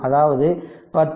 அதாவது 10 4